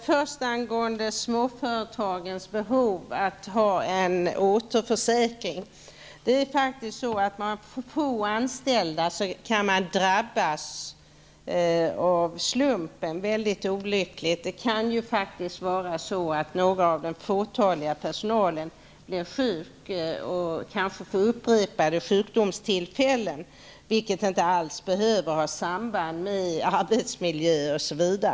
Herr talman! Först något om småföretagens behov av en återförsäkring. De företag som har få anställda kan faktiskt drabbas väldigt olyckligt av slumpen. Några av de få anställda som finns på ett företag kan ju bli sjuka, och kanske också vid upprepade tillfällen. Det här behöver alls inte ha ett samband med arbetsmiljö o.d.